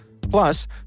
Plus